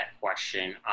question